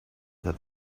that